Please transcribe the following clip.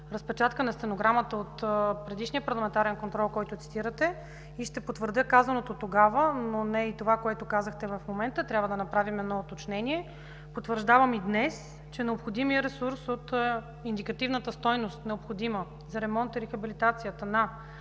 разпечатка на стенограмата от предишния парламентарен контрол, който цитирате. Ще потвърдя казаното тогава, но не и това, което казахте в момента. Трябва да направим едно уточнение. Потвърждавам и днес, че необходимият ресурс от индикативната стойност, необходим за ремонт и рехабилитация на